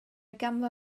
ganddo